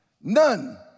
none